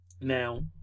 Now